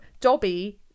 dobby